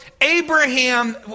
Abraham